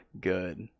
good